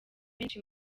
menshi